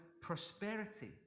prosperity